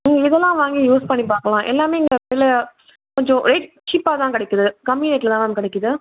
நீங்கள் இதெல்லாம் வாங்கி யூஸ் பண்ணி பார்க்கலாம் எல்லாமே இந்த இடத்துல கொஞ்சம் ரேட் சீப்பாகதான் கிடைக்கிது கம்மி ரேட்டில்தான் மேம் கிடைக்கிது